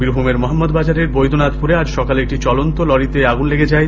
বীরভূমের মহম্মদবাজারের বৈদ্যনাথপুরে আজ সকালে একটি চলন্ত লরিতে আগুন লেগে যায়